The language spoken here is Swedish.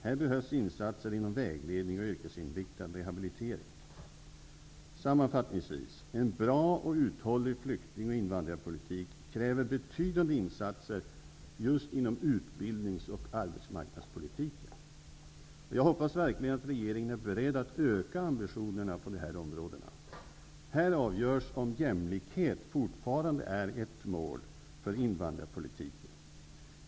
Här behövs insatser genom vägledning och yrkesinriktad rehabilitering. Sammanfattningsvis kräver en bra och uthållig flykting och invandrarpolitik betydande insatser just inom utbildnings och arbetsmarknadspolitiken. Jag hoppas verkligen att regeringen är beredd att öka ambitionerna på dessa områden. Här avgörs om jämlikhet fortfarande är ett mål för invandrarpolitiken.